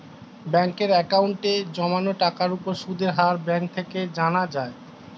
ব্যাঙ্কের অ্যাকাউন্টে জমানো টাকার উপর সুদের হার ব্যাঙ্ক থেকে জানা যায়